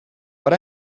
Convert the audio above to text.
but